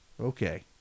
Okay